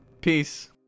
Peace